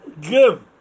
give